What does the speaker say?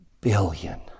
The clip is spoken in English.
billion